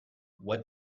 what